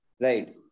Right